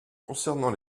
concernant